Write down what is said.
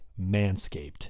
Manscaped